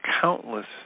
countless